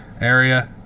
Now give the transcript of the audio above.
area